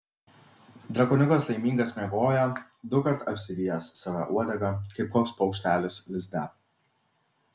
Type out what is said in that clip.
drakoniukas laimingas miegojo dukart apsivijęs save uodega kaip koks paukštelis lizde